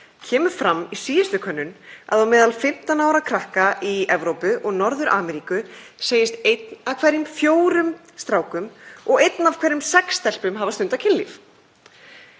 kemur fram, í síðustu könnun, að á meðal 15 ára krakka í Evrópu og Norður-Ameríku segist einn af hverjum fjórum strákum og ein af hverjum sex stelpum hafa stundað kynlíf.